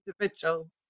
individual